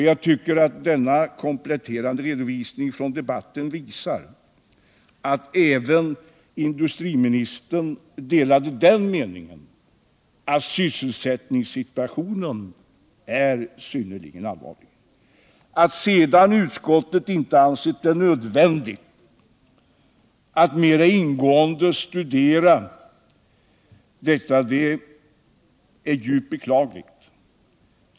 Jag tycker att denna kompletterande redovisning från debatten visar att även industriministern delade den meningen att sysselsättningssituationen är synnerligen allvarlig. Att sedan utskottet inte ansett det nödvändigt att mera ingående studera den är djupt beklagligt.